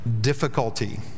difficulty